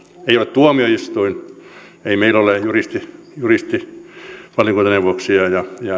tuomioistuin ei meillä ole juristi valiokuntaneuvoksia